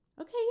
okay